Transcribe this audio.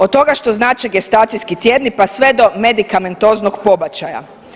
Od toga što znače gestacijski tjedni pa sve do medikamentoznog pobačaja.